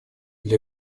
для